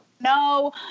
no